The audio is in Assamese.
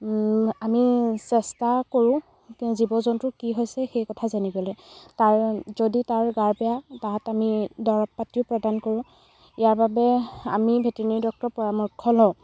আমি চেষ্টা কৰোঁ কিন্তু জীৱ জন্তুৰ কি হৈছে সেই কথা জানিবলৈ তাৰ যদি তাৰ গা বেয়া তাত আমি দৰৱ পাতিও প্ৰদান কৰোঁ ইয়াৰ বাবে আমি ভেটেনেৰি ডক্টৰৰ পৰামৰ্শ লওঁ